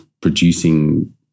producing